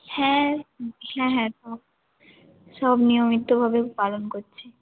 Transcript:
হ্যাঁ হ্যাঁ হ্যাঁ সব সব নিয়মিতভাবেই পালন করছি